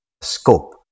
scope